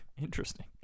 Interesting